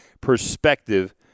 perspective